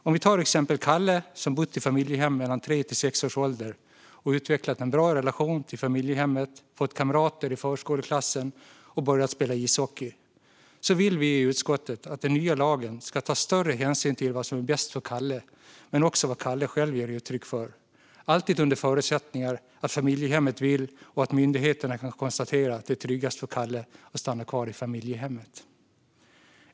Om vi tar exemplet Kalle, som har bott i familjehem mellan tre och sex års ålder och utvecklat en bra relation till familjehemmet, fått kamrater i förskoleklassen och börjat spela ishockey vill vi i utskottet att den nya lagen ska ta större hänsyn till vad som är bäst för Kalle men också till vad Kalle själv ger uttryck för - alltid under förutsättning att familjehemmet vill och att myndigheterna kan konstatera att det är tryggast för Kalle att stanna kvar i familjehemmet.